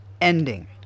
ending